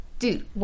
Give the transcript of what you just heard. Dude